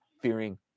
fearing